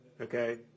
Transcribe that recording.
okay